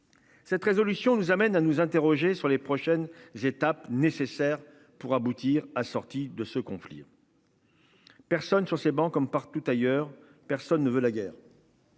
Cette résolution nous amène à nous interroger sur les prochaines étapes nécessaires pour aboutir à sortir de ce conflit. Personne sur ces bancs, comme partout ailleurs, personne ne veut la guerre.